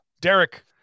Derek